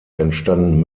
entstanden